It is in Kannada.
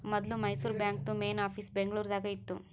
ಮೊದ್ಲು ಮೈಸೂರು ಬಾಂಕ್ದು ಮೇನ್ ಆಫೀಸ್ ಬೆಂಗಳೂರು ದಾಗ ಇತ್ತು